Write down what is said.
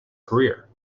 career